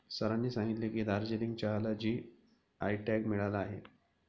सरांनी सांगितले की, दार्जिलिंग चहाला जी.आय टॅग मिळाला आहे